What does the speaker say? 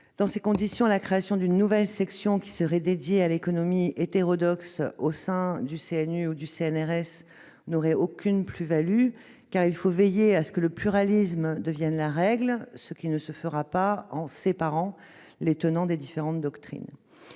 Dans ces conditions, la création d'une nouvelle section, qui serait dédiée à l'économie « hétérodoxe » au sein du CNU ou du CNRS, n'aurait aucune plus-value. Il faut veiller à ce que le pluralisme devienne la règle, ce qui ne fera pas en séparant les tenants des différentes doctrines.